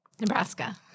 Nebraska